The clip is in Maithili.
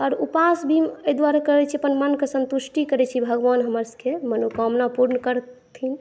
आर उपास भी एहि दुआरे करै छी अपन मनके संतुष्टि करै छी भगवान हमरसभके मनोकामना पूर्ण करथिन